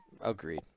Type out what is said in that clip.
Agreed